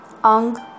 Ang